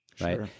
right